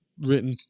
written